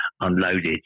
unloaded